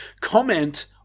comment